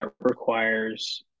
requires